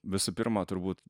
visų pirma turbūt